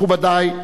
מכובדי,